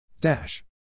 Dash